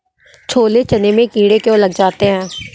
छोले चने में कीड़े क्यो लग जाते हैं?